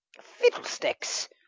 fiddlesticks